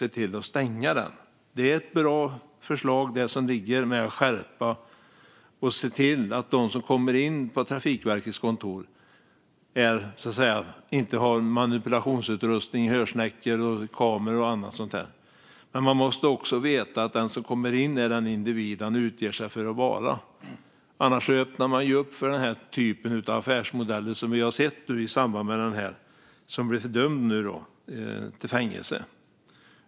Det förslag som ligger är bra, det vill säga att skärpa kontrollerna, att de som går in på Trafikverkets kontor inte bär på manipulationsutrustning, hörsnäckor, kameror och så vidare. Man måste också veta att den som kommer in på kontoret är den individ denne utger sig för att vara. Annars öppnas det för den typ av affärsmodeller som vi har sett i samband med den person som har dömts till fängelse.